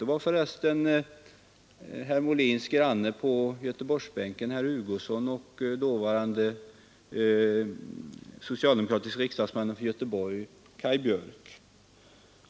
Det var för resten herr Molins granne på Göteborgsbänken herr Hugosson och dåvarande socialdemokratiske riksdagsmannen från Göteborg Kaj Björk.